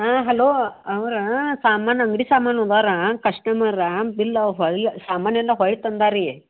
ಹಾಂ ಹಲೋ ಅವ್ರಾ ಸಾಮಾನು ಅಂಗಡಿ ಸಾಮಾನು ಉದಾರಾ ಕಸ್ಟಮರಾ ಬಿಲ್ಲಾ ಹೋಯ್ಲಾ ಸಾಮಾನು ಎಲ್ಲ ಹೋಯ್ತು ಅಂದಾರ ರೀ